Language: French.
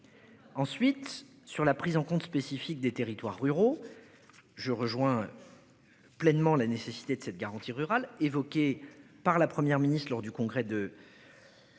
Ensuite sur la prise en compte spécifique des territoires ruraux. Je rejoins. Pleinement la nécessité de cette garantie rural évoquée par la Première ministre lors du congrès de.